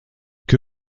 que